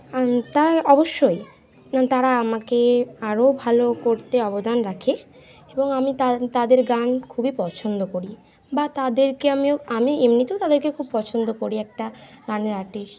আম তাই অবশ্যই এবং তারা আমাকে আরো ভালো করতে অবদান রাখে এবং আমি তাদের গান খুবই পছন্দ করি বা তাদেরকে আমিও আমি এমনিতেও তাদেরকে খুব পছন্দ করি একটা গানের আর্টিস্ট